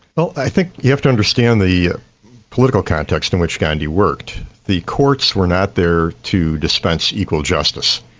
well i think you have to understand the political context in which gandhi worked. the courts were not there to dispense equal justice,